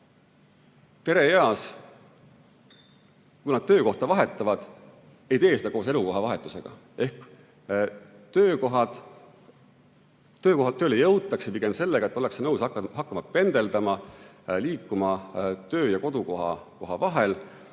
pereeas, kui nad töökohta vahetavad, ei tee seda koos elukoha vahetusega. Ehk tööle jõutakse pigem sellega, et ollakse nõus hakkama pendeldama, liikuma töö- ja kodukoha vahel.